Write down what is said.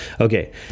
Okay